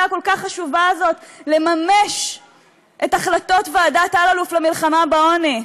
הכל-כך חשובה הזאת לממש את החלטות ועדת אלאלוף למלחמה בעוני.